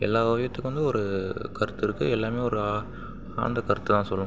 எல்லா ஓவியத்துக்கு வந்து ஒரு கருத்து இருக்குது எல்லாமே ஒரு ஆ ஆழ்ந்த கருத்தை தான் சொல்லும்